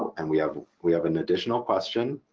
and we have we have an additional question.